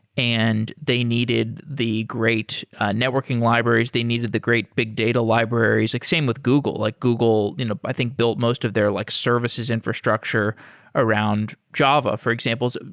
and they needed the great networking libraries. they needed the great big data libraries. like same with google. like google you know i think built most of their like services infrastructure around java, for example. i